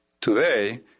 today